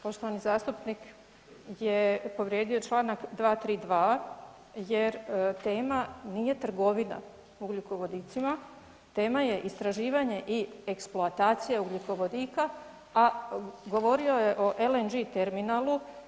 Poštovani zastupnik je povrijedio Članak 232. jer tema nije trgovina ugljikovodicima, tema je istraživanje i eksploatacija ugljikovodika, a govorio je LNG terminalu.